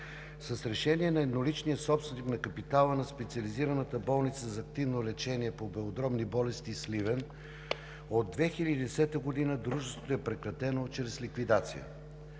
С решение на едноличния собственик на капитала на Специализирана болница за активно лечение на белодробни болести – Сливен, от 2010 г. дружеството е прекратено чрез ликвидация.